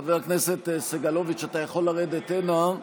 חבר הכנסת סגלוביץ', אתה יכול לרדת הנה.